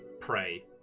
pray